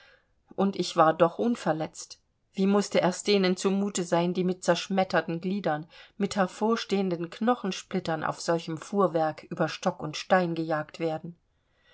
und ich war doch unverletzt wie muß erst denen zu mute sein die mit zerschmetterten gliedern mit hervorstehenden knochensplittern auf solchem fuhrwerk über stock und stein gejagt werden